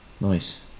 Nice